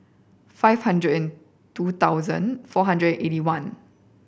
five hundred and two thousand four hundred eighty one